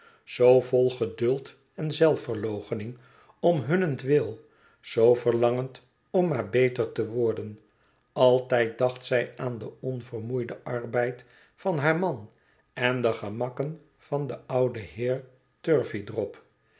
zoo vol geduld en zelfverloochening om hunnentwil zoo verlangend om maar beter te worden altijd dacht zij aan den onvermoeiden arbeid van haar man en de gemakken van den ouden heer